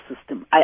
system